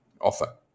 Offer